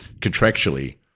contractually